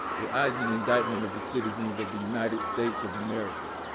it ah isan indictment of the citizens of the united states of america.